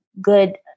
good